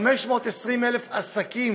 520,000 עסקים